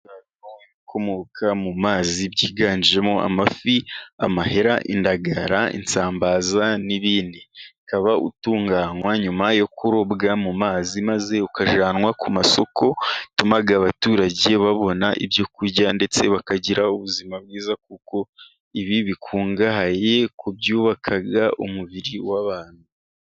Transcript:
Ibikomoka mu mazi byiganjemo amafi, amahera, indagara, isambaza , n'ibindi bitunganywa nyuma yo kurobwa mu mazi maze bikajyanwa mu masoko, bituma abaturage babona ibyo kurya, ndetse bakagira ubuzima bwiza. Kuko ,ibi bikungahaye ku byubaka umubiri w'abantu.